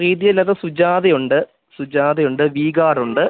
പ്രീതിയല്ലാതെ സുജാതയുണ്ട് സുജാതയുണ്ട് വീഗാഡുണ്ട്